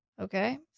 Okay